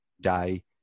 day